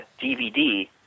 DVD